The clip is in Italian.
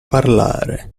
parlare